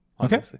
Okay